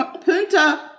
Punta